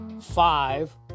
Five